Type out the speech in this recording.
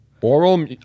Oral